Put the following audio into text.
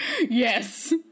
yes